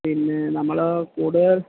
പിന്നേ നമ്മള് കൂടുതൽ